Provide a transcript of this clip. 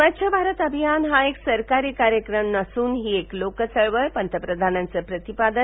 स्वच्छ भारत अभियान हा एक सरकारी कार्यक्रम नसुन ही एक लोक चळवळ पंतप्रधानांचं प्रतिपादन